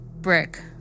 Brick